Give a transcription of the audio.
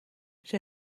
zij